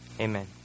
Amen